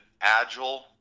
agile